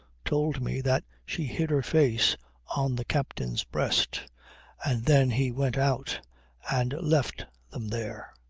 told me that she hid her face on the captain's breast and then he went out and left them there.